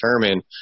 determine